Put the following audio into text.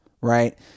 right